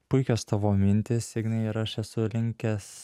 puikios tavo mintys ignai ir aš esu linkęs